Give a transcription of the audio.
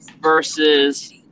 versus